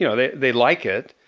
you know they they like it,